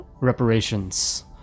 reparations